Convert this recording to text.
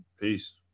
Peace